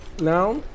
Now